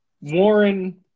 Warren